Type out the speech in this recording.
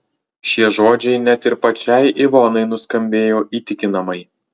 šie žodžiai net ir pačiai ivonai nuskambėjo įtikinamai